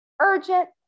urgent